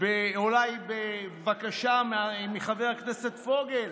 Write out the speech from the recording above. אולי בבקשה של חבר הכנסת פוגל,